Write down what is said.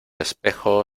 espejo